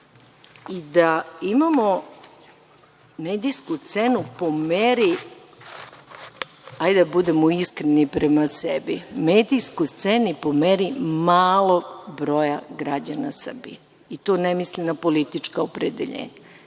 i da imamo medijsku scenu po meri, da budemo iskreni, prema sebi, medijsku scenu po meri malog broja građana Srbije, i tu ne mislim na politička opredeljenja. Ako